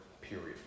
period